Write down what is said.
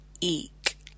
eek